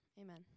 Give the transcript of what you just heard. Amen